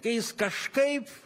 kai jis kažkaip